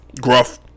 gruff